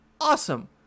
awesome